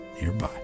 nearby